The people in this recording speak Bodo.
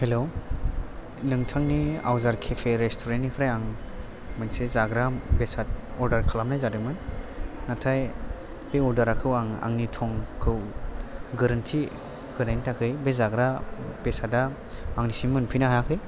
हेलौ नोंथांनि आवजार केफे रेस्थुरेन्ट निफ्राय आं मोनसे जाग्रा बेसाद अर्दार खालामनाय जादोंमोन नाथाय बे अर्दार खौ आं आंनि थंखौ गोरोन्थि होनायनि थाखाय बे जाग्रा बेसादा आंनिसिम मोनफैनो हायाखै